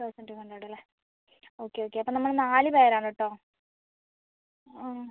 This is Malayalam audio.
തൗസൻഡ് ടു ഹൺഡ്രഡ് അല്ലേ ഓക്കെ ഓക്കെ അപ്പം നമ്മൾ നാല് പേരാണ് കേട്ടോ ആ